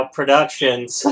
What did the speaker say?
Productions